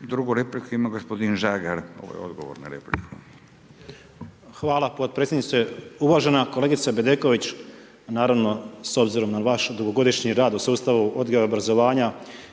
Drugu repliku ima gospodin Žagar, ovo je odgovor na repliku. **Žagar, Tomislav (Nezavisni)** Hvala potpredsjedniče. Uvažena kolegice Bedeković, naravno s obzirom na vaš dugogodišnji rad u sustavu odgoja i obrazovanja